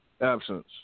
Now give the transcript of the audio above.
absence